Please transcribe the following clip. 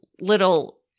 Little